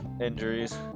Injuries